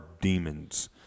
demons